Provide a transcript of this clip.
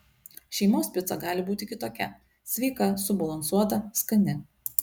šeimos pica gali būti kitokia sveika subalansuota skani